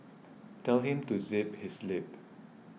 tell him to zip his lip